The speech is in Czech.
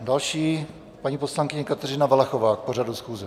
Další paní poslankyně Kateřina Valachová k pořadu schůze.